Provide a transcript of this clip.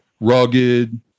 rugged